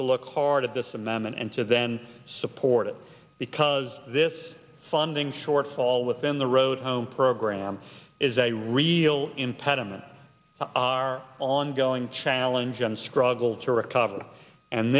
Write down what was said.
to look hard at this and them and to then support it because this funding shortfall within the road home program is a real impediment our ongoing challenge and scruggs will to recover and